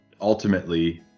ultimately